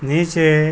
नीचे